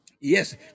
Yes